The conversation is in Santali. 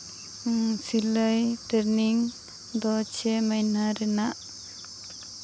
ᱥᱤᱞᱟᱹᱭ ᱴᱨᱮᱱᱤᱝ ᱫᱚ ᱪᱷᱚ ᱢᱟᱹᱦᱱᱟᱹ ᱨᱮᱱᱟᱜ